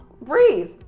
breathe